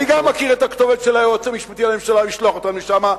גם אני מכיר את הכתובת של היועץ המשפטי לממשלה לשלוח אותם לשם.